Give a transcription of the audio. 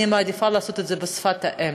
אני מעדיפה לעשות את זה בשפת האם,